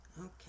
Okay